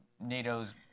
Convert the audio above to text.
NATO's